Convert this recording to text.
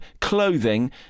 clothing